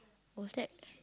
was that